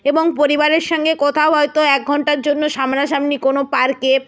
এবং পরিবারের সঙ্গে কোথাও হয়তো এক ঘণ্টার জন্য সামনাসামনি কোনো পার্কে